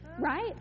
right